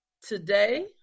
Today